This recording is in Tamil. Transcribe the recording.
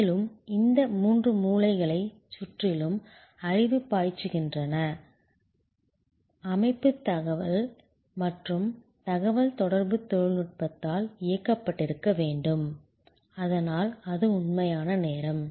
மேலும் இந்த மூன்று மூலைகளைச் சுற்றிலும் அறிவுப் பாய்ச்சுகின்ற அமைப்பு நல்ல தகவல் மற்றும் தகவல் தொடர்புத் தொழில்நுட்பத்தால் இயக்கப்பட்டிருக்க வேண்டும் அதனால் அது உண்மையான நேரம்